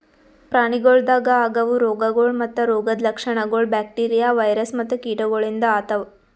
ಪ್ರಾಣಿಗೊಳ್ದಾಗ್ ಆಗವು ರೋಗಗೊಳ್ ಮತ್ತ ರೋಗದ್ ಲಕ್ಷಣಗೊಳ್ ಬ್ಯಾಕ್ಟೀರಿಯಾ, ವೈರಸ್ ಮತ್ತ ಕೀಟಗೊಳಿಂದ್ ಆತವ್